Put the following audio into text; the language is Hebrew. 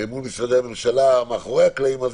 מול משרדי הממשלה מאחורי הקלעים אז